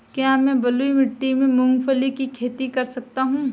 क्या मैं बलुई मिट्टी में मूंगफली की खेती कर सकता हूँ?